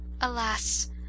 Alas